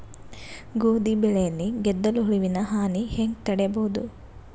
ಗೋಧಿ ಬೆಳೆಯಲ್ಲಿ ಗೆದ್ದಲು ಹುಳುವಿನ ಹಾನಿ ಹೆಂಗ ತಡೆಬಹುದು?